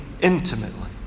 intimately